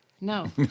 No